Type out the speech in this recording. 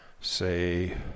say